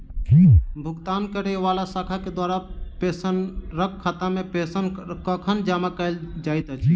भुगतान करै वला शाखा केँ द्वारा पेंशनरक खातामे पेंशन कखन जमा कैल जाइत अछि